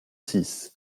six